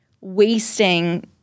wasting